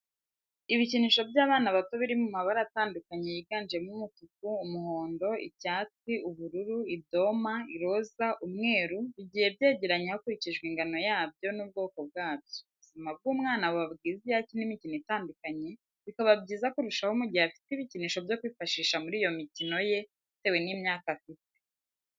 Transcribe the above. Ibikinisho by'abana bato biri mu mabara atandukanye yiganjemo umutuku, umuhondo, icyatsi, ubururu, idoma, iroza, umweru, bigiye byegeranye hakurikijwe ingano yabyo n'ubwoko bwabyo, ubuzima bw'umwana buba bwiza iyo akina imikino itandukanye, bikaba byiza kurushaho mu gihe afite ibikinisho byo kwifashisha muri iyo mikino ye bitewe n'imyaka afite.